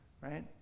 right